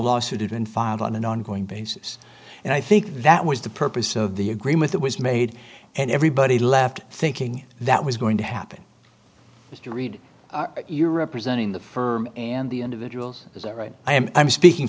been filed on an ongoing basis and i think that was the purpose of the agreement that was made and everybody left thinking that was going to happen mr reed you're representing the firm and the individuals is that right i am i'm speaking